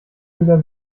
wieder